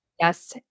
Yes